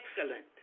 excellent